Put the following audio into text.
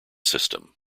system